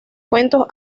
cuentos